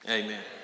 amen